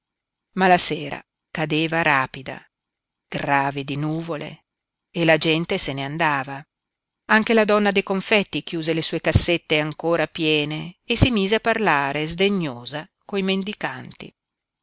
ma la sera cadeva rapida grave di nuvole e la gente se ne andava anche la donna dei confetti chiuse le sue cassette ancora piene e si mise a parlare sdegnosa coi mendicanti